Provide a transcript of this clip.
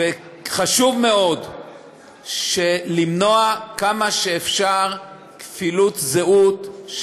חשוב מאוד למנוע כמה שאפשר כפילות זהות,